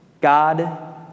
God